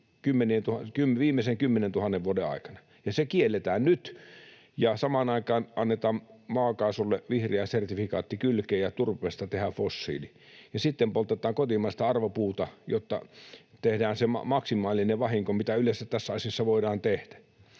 viimeisen 10 000 vuoden aikana. Ja se kielletään nyt, ja samaan aikaan annetaan maakaasulle vihreä sertifikaatti kylkeen ja turpeesta tehdään fossiili ja sitten poltetaan kotimaista arvopuuta, jotta tehdään se maksimaalinen vahinko, mitä yleensä tässä asiassa voidaan tehdä.